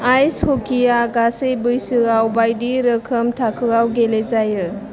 ice हकीया गासै बैसोयाव बायदिरोखोम थाखोयाव गेले जायो